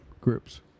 groups